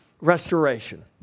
restoration